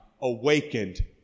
awakened